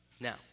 Now